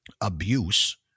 abuse